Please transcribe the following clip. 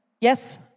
yes